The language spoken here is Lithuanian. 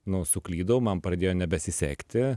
nu suklydau man pradėjo nebesisekti